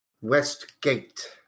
Westgate